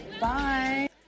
Bye